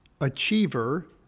achiever